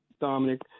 Dominic